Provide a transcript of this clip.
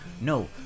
No